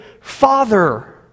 Father